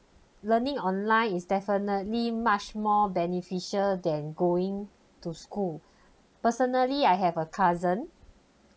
learning online is definitely much more beneficial than going to school personally I have a cousin